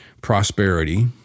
prosperity